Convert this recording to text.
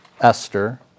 Esther